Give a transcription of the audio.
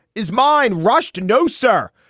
is mine rushed? no, sir.